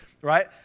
right